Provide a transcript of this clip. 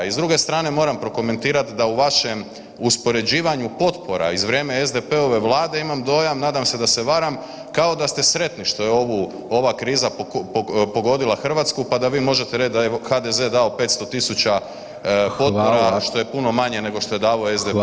I s druge strane moram prokomentirati da u vašem uspoređivanju potpora iz SDP-ove vlade imam dojam, nadam se da se varam, kao da ste sretni što je ovu, ova kriza pogodila Hrvatsku pa da vi možete reći da je HDZ dao 500.000 potpora što je puno manje [[Upadica: Hvala.]] nego što je davao SDP.